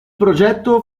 progetto